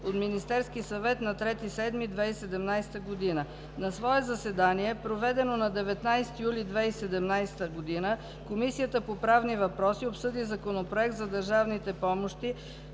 от Министерския съвет на 3 юли 2017 г. На свое заседание, проведено на 19 юли 2017 г., Комисията по правни въпроси обсъди Законопроект за държавните помощи,